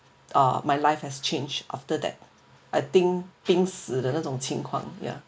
uh my life has changed after that I think ya